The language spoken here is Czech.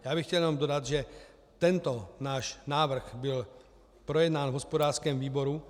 Já bych chtěl jenom dodat, že tento náš návrh byl projednán v hospodářském výboru.